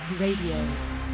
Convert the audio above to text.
Radio